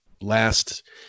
last